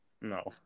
No